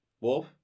Wolf